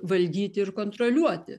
valdyti ir kontroliuoti